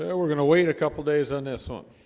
ah yeah we're gonna wait a couple days on this one